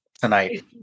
tonight